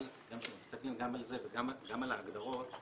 אבל כשמסתכלים גם על זה וגם על ההגדרות,